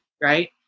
right